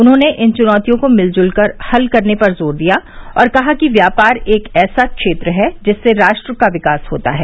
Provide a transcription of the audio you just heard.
उन्होंने इन चुनौतियों को मिलजुल कर हल करने पर जोर दिया और कहा कि व्यापार एक ऐसा क्षेत्र है जिससे राष्ट्र का विकास होता है